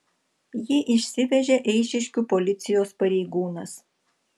jį išsivežė eišiškių policijos pareigūnas